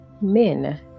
men